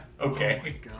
Okay